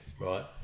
Right